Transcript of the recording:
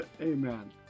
Amen